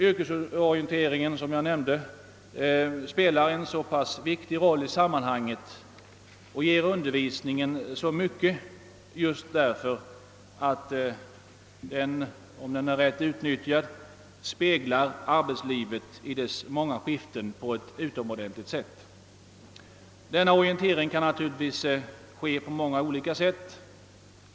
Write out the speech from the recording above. Yrkesorienteringen spelar, som jag nämnde, en mycket viktigt roll i sammanhanget och ger undervisningen så mycket just därför att den, om den utnyttjas rätt, på ett utomordentligt sätt speglar arbetslivets många skiftande områden. Denna orientering kan ges på många olika sätt.